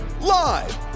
live